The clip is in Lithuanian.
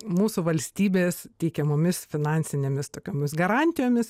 mūsų valstybės teikiamomis finansinėmis tokiomis garantijomis